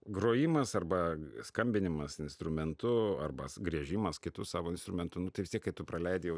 grojimas arba skambinimas instrumentu arba griežimas kitu savo instrumentu nu tai vis tiek kai tu praleidi jau